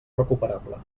recuperable